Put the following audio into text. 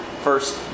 first